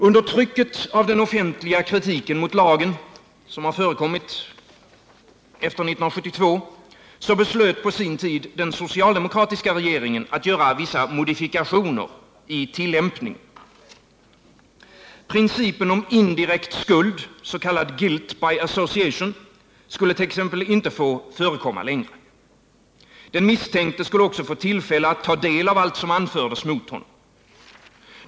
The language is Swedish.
Under trycket av den offentliga kritiken mot lagen, som förekommit sedan 1972, beslöt på sin tid den socialdemokratiska regeringen att göra vissa modifikationer i tillämpningen. Principen om indirekt skuld, s.k. guilt by association, skulle t.ex. inte få förekomma längre. Den misstänkte skulle få tillfälle att ta del av allt som anfördes mot honom.